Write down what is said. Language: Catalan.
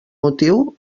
motiu